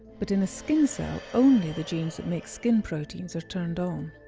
but in a skin cell only the genes that make skin proteins are turned on.